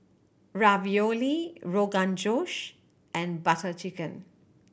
Ravioli Rogan Josh and Butter Chicken